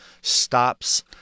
stops